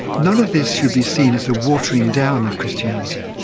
none of this should be seen as a watering down of christianity.